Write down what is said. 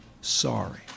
sorry